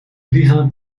vliegende